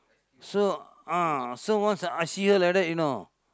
so ah so once I see her like that you know